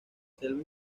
selva